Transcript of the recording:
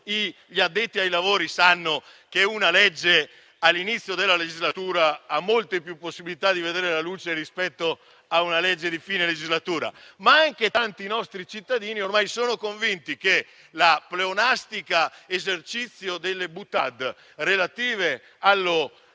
gli addetti ai lavori sanno che una legge all'inizio della legislatura ha molte più possibilità di vedere la luce rispetto a una presentata a fine legislatura, ma anche tanti nostri cittadini ormai sono convinti che il pleonastico esercizio delle *boutade* relative alla